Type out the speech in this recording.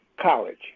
College